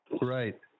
Right